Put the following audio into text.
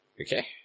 Okay